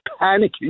panicking